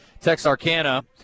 Texarkana